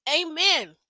Amen